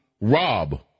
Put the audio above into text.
rob